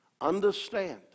understand